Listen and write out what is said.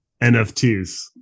NFTs